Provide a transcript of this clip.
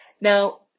Now